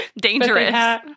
Dangerous